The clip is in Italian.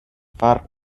far